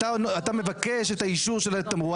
אתה מבקש את האישור של התמרור,